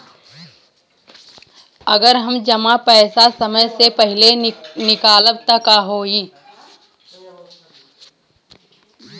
अगर हम जमा पैसा समय से पहिले निकालब त का होई?